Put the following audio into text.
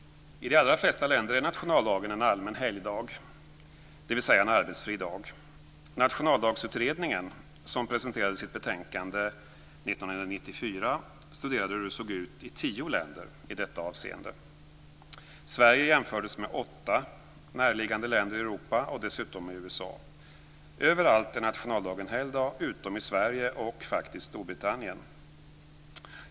I de allra flesta länder är nationaldagen en allmän helgdag, dvs. en arbetsfri dag. Nationaldagsutredningen, som presenterade sitt betänkande 1994, studerade hur det såg ut i tio länder i detta avseende. Sverige jämfördes med åtta närliggande länder i Europa och dessutom med USA. Överallt är nationaldagen helgdag utom i Sverige och, faktiskt, i Storbritannien.